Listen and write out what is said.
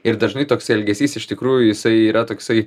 ir dažnai toks elgesys iš tikrųjų jisai yra toksai